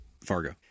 Fargo